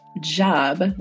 job